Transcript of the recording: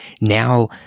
now